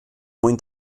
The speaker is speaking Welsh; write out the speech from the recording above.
mwyn